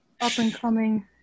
up-and-coming